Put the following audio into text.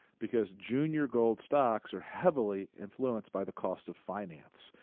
because junior gold stocks are heavily influenced by the cost of finance.